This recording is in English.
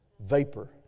Vapor